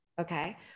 Okay